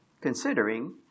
considering